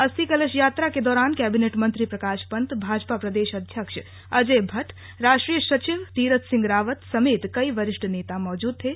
अस्थि कलश यात्रा के दौरान कैबिनेट मंत्री प्रकाश पंत भाजपा प्रदेश अध्यक्ष अजय भट्ट राष्ट्रीय सचिव तीरथ सिंह रावत समेत कई वरिष्ठ नेता मौजूद थे